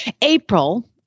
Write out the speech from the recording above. April